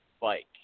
bike